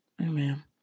amen